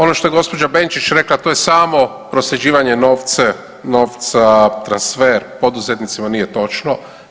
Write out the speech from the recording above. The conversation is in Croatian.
Ono što je gospođa Benčić rekla to je samo prosljeđivanje novca, transfer poduzetnicima, nije točno.